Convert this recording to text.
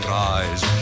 rise